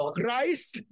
Christ